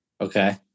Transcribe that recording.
Okay